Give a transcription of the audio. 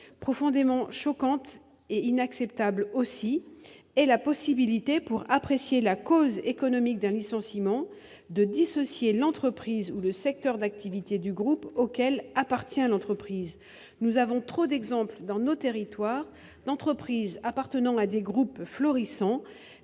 Profondément choquante et inacceptable aussi est la possibilité, pour apprécier la cause économique d'un licenciement, de dissocier l'entreprise ou le secteur d'activité du groupe auquel appartient l'entreprise. Nous avons trop d'exemples, dans nos territoires, d'entreprises appartenant à des groupes florissants,